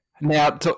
Now